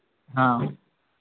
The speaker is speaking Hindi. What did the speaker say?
हाँ